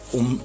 om